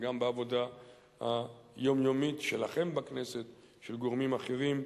גם בעבודה היומיומית שלכם בכנסת ושל גורמים אחרים,